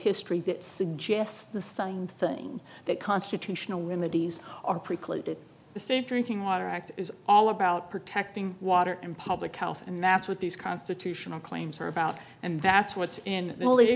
history that suggests the same thing that constitutional remedy use or preclude the safe drinking water act is all about protecting water and public health and that's what these constitutional claims are about and that's what's in